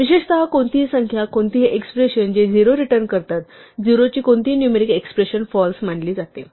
विशेषतः कोणतीही संख्या कोणतीही एक्सप्रेशन जे 0 रिटर्न करतात 0 ची कोणतीही नुमेरिक एक्सप्रेशन फाल्स मानली जाते